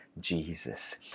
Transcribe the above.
Jesus